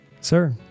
Sir